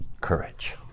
courage